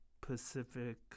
Pacific